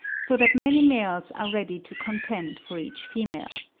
so that many males are ready to contend for each female.